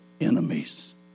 enemies